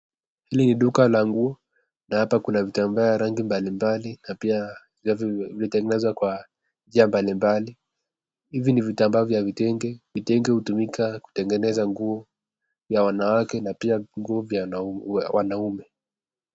Hili ni duka la nguo na hapa kuna vitambaa ya rangi mbalimbali na pia vimetengenezwa kwa njia mbalimbali. Hizi ni vitambaa vya vitenge. Vitenge hutumika kutengeza nguo ya wanawake na pia nguo ya wanaume.